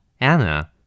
Anna